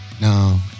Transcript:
No